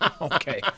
Okay